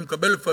אני מקבל לפעמים,